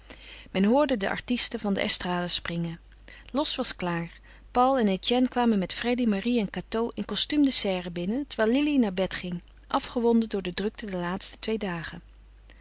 men hoorde de artisten van de estrade springen losch was klaar paul en etienne kwamen met freddy marie en cateau in kostuum de serre binnen terwijl lili naar bed ging afgewonden door de drukte der twee laatste dagen